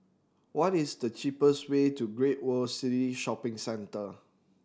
what is the cheapest way to Great World City Shopping Centre